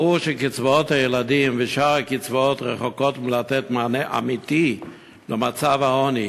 ברור שקצבאות הילדים ושאר הקצבאות רחוקות מלתת מענה אמיתי למצב העוני,